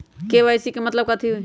KYC के मतलब कथी होई?